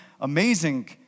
amazing